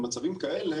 במצבים כאלה